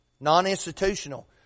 Non-institutional